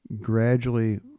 gradually